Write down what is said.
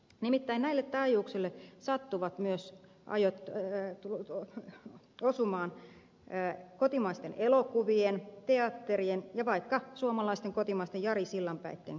nimittäin näille taajuuksille sattuvat myös osumaan kotimaisten elokuvien teatterien ja vaikkapa suomalaisten kotimaisten jari sillanpäitten käyttämät mikrofonit